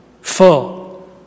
full